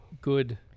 good